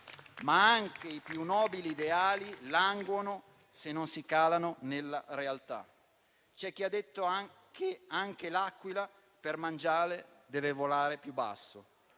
Ma anche i più nobili ideali languono, se non si calano nella realtà. C'è chi ha detto che anche l'aquila, per mangiare, deve volare più basso.